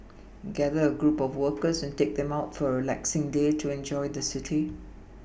gather a group of workers and take them out for a relaxing day to enjoy the city